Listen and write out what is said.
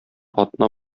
атна